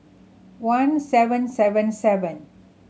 one seven seven seven